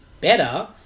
better